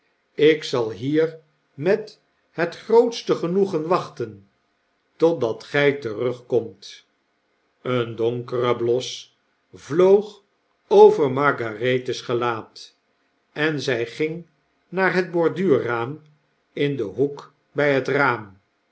ik zal hier met het grootste genoegen wachten totdat gfl terugkomt een donkere bios vloog over margarethes gelaat en zy ging naar het borduurraam in den hoek bij het raam